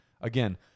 Again